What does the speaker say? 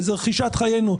וזו רכישת חיינו,